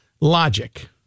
logic